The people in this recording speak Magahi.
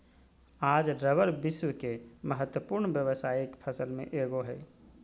आज रबर विश्व के महत्वपूर्ण व्यावसायिक फसल में एगो हइ